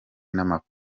n’amabanki